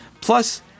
Plus